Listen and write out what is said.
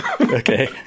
okay